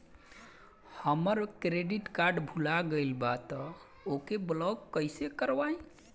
हमार credit card भुला गएल बा त ओके ब्लॉक कइसे करवाई?